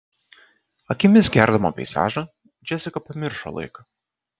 akimis gerdama peizažą džesika pamiršo laiką